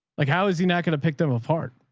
like how is he not going to pick them apart?